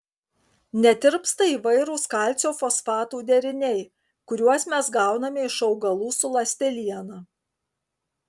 netirpsta įvairūs kalcio fosfatų deriniai kuriuos mes gauname iš augalų su ląsteliena